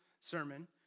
sermon